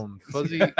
Fuzzy